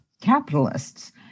capitalists